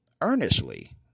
earnestly